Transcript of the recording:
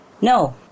No